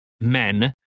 men